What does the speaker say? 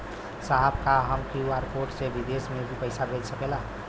साहब का हम क्यू.आर कोड से बिदेश में भी पैसा भेज सकेला?